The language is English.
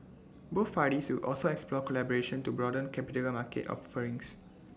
both parties will also explore collaboration to broaden capital market offerings